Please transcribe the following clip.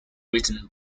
written